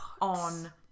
on